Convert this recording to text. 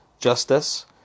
Justice